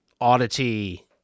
oddity